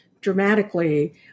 dramatically